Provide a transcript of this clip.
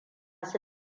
su